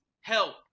help